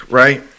right